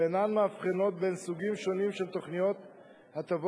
ואינן מבחינות בין סוגים שונים של תוכנית הטבות.